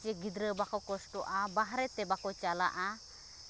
ᱪᱮ ᱜᱤᱫᱽᱨᱟᱹ ᱵᱟᱠᱚ ᱠᱚᱥᱴᱚᱜᱼᱟ ᱵᱟᱦᱨᱮ ᱛᱮ ᱵᱟᱠᱚ ᱪᱟᱞᱟᱜᱼᱟ